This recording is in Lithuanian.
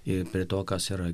ir prie to kas yra